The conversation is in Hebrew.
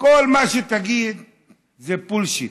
כל מה שתגיד זה בולשיט.